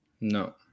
No